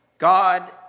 God